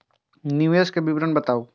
निवेश के विवरण बताबू?